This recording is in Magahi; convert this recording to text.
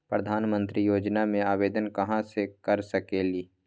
प्रधानमंत्री योजना में आवेदन कहा से कर सकेली?